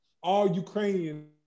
All-Ukrainian